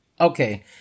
Okay